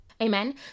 Amen